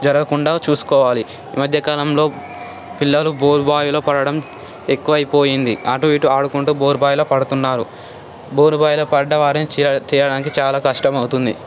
జరగకుండా చూసుకోవాలి ఈమధ్యకాలంలో పిల్లలు బోరుబావిలో పడటం ఎక్కువైపోయింది అటు ఇటు ఆడుకుంటూ బోరుబావిలో పడుతున్నారు బోరుబావిలో పడ్డవారిని తీయడానికి చాలా కష్టమవుతుంది